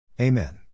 Amen